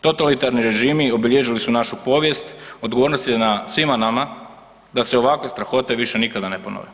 Totalitarni režimi obilježili su našu povijest, odgovornost je na svima nama da se ovakve strahote više nikada ne ponove.